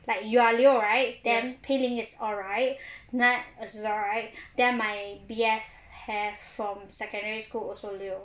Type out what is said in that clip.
like you are leo right then pei ling is alright nat is alright then my B_F have from secondary school also leo